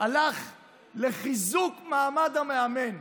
הלך לחיזוק מעמד המאמן.